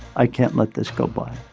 i can't let this go by